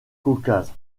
caucase